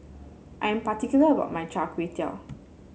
I am particular about my Char Kway Teow